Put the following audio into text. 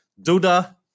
Duda